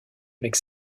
avec